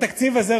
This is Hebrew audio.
בתקציב הזה,